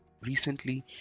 Recently